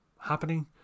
happening